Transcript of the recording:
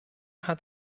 hat